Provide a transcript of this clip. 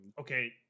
okay